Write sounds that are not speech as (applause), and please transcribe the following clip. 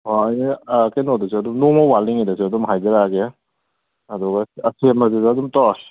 (unintelligible) ꯀꯩꯅꯣꯗꯨꯁꯨ ꯑꯗꯨꯝ ꯅꯣꯡꯃ ꯋꯥꯠꯂꯤꯉꯩꯗꯁꯨ ꯑꯗꯨꯝ ꯍꯥꯏꯖꯔꯛꯑꯒꯦ ꯑꯗꯨꯒ ꯑꯁꯦꯝꯕꯗꯨꯗ ꯑꯗꯨꯝ ꯇꯧꯔꯁꯤ